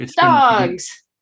Dogs